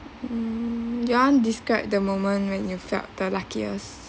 you want describe the moment when you felt the luckiest